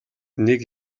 нэг